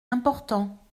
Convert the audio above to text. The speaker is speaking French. important